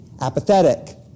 apathetic